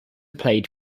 played